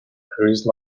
cruise